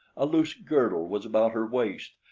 a loose girdle was about her waist,